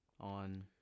on